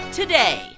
today